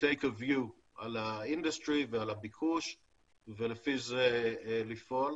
take a view על התעשייה ועל הביקוש ולפי זה לפעול.